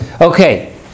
Okay